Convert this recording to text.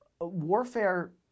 warfare